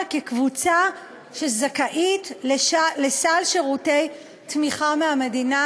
כקבוצה שזכאית לסל שירותי תמיכה מהמדינה.